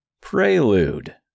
Prelude